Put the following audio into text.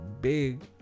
big